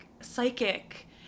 psychic